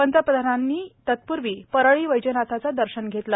पंतप्रधानांनी तत्पूर्वी परळी वैजनाथाचं दर्शन घेतलं